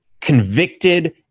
convicted